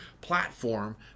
platform